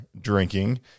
drinking